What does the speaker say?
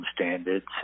standards